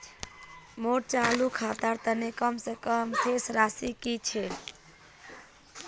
मोर चालू खातार तने कम से कम शेष राशि कि छे?